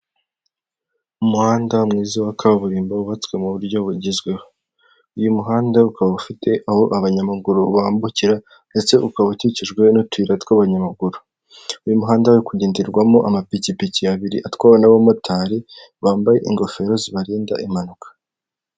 Umuhanda mwiza wa kaburimbo wubatswe mu buryo bugezweho. Uyu muhanda ukaba ufite aho abanyamaguru bambukira ndetse ukaba ukikijwe n'utuyira tw'abanyamaguru. Uyu muhanda uri kugendwamo n'amapikipiki abiri atwawe n'abamotari bambaye ingofero zibarinda impanuka.